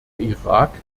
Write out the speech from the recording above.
irak